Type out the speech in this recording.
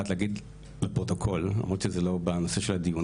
ולהגיד לפרוטוקול למרות שזה לא בנושא של הדיון.